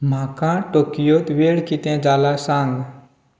म्हाका टोकियोंत वेळ कितें जाला सांग